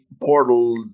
portal